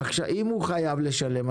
אם הוא חייב לשלם,